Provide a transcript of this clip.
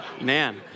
Man